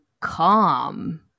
calm